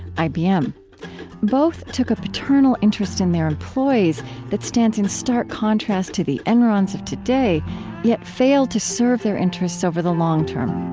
ah um both took a paternal interest in their employees that stands in stark contrast to the enrons of today yet failed to serve their interests over the long term.